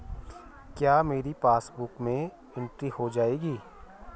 क्या मेरी पासबुक में एंट्री हो जाएगी?